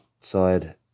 side